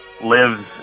lives